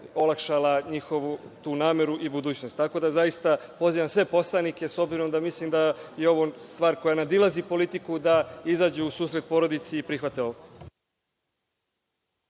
olakšala njihovu tu nameru i budućnost. Tako da, zaista, pozivam sve poslanike, s obzirom da mislim da je ovo stvar koja nadilazi politiku, da izađu u susret porodici i prihvate ovo.